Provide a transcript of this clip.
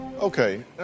Okay